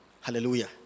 Hallelujah